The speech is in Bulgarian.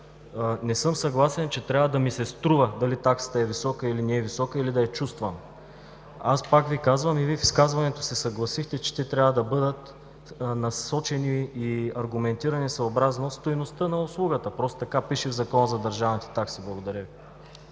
Не съм съгласен, че трябва да ми се струва дали таксата е висока или не е висока, или да я чувствам. Аз пак Ви казвам и Вие в изказването си се съгласихте, че те трябва да бъдат насочени и аргументирани съобразно стойността на услугата, просто така пише в Закона за държавните такси. Благодаря Ви.